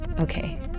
Okay